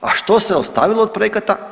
A što se ostavilo od projekata?